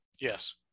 yes